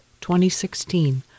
2016